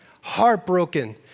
heartbroken